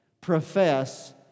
profess